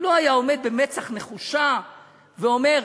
ולא היה עומד במצח נחושה ואומר: